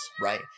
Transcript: right